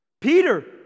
Peter